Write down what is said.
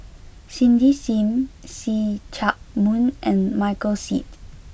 Cindy Sim See Chak Mun and Michael Seet